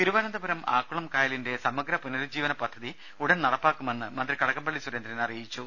തിരുവനന്തപുരം ആക്കുളം കായലിന്റെ സമഗ്ര പുനരുജ്ജീവന പദ്ധതി ഉടൻ നടപ്പാക്കുമെന്ന് മന്ത്രി കടകംപള്ളി സൂരേന്ദ്രൻ പറഞ്ഞു